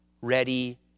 ready